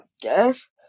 guess